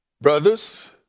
Brothers